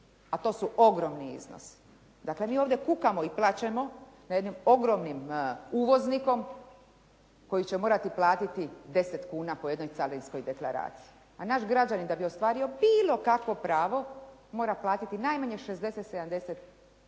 a to su ogromni iznosi. Dakle, mi ovdje kukamo i plačemo nad jednim ogromnim uvoznikom koji će morati platiti 10 kuna po jednoj carinskoj deklaraciji a naš građanin da bi ostvario bilo kakvo pravo mora platiti najmanje 60-70 kuna